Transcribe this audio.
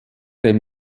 dem